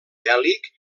bèl·lic